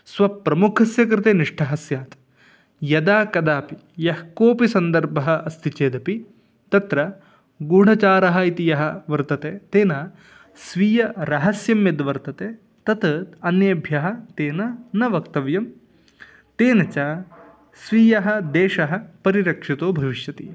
स्वप्रमुखस्य कृते निष्ठः स्यात् यदा कदापि यः कोपि सन्दर्भः अस्ति चेदपि तत्र गूढाचारः इति यः वर्तते तेन स्वीयरहस्यं यद् वर्तते तत् अन्येभ्यः तेन न वक्तव्यं तेन च स्वीयः देशः परिरक्षितो भविष्यति